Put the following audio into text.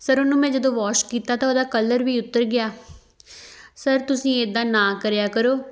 sir ਉਹਨੂੰ ਮੈਂ ਜਦੋਂ ਵੋਸ਼ ਕੀਤਾ ਤਾਂ ਉਹਦਾ ਕਲਰ ਵੀ ਉਤਰ ਗਿਆ ਸਰ ਤੁਸੀਂ ਇੱਦਾਂ ਨਾ ਕਰਿਆ ਕਰੋ